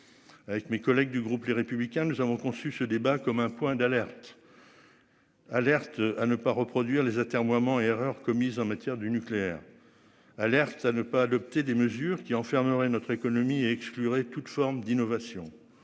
Avec mes collègues du groupe Les Républicains. Nous avons conçu ce débat comme un point d'alerte. Alerte à ne pas reproduire les atermoiements erreurs commises en matière du nucléaire. À l'air ça ne pas adopter des mesures qui enfermerait notre économie et exclurait toute forme d'innovation